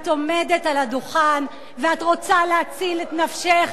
את עומדת על הדוכן ואת רוצה להציל את נפשך,